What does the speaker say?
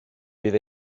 bydd